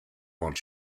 want